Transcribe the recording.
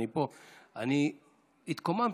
אני התקוממתי.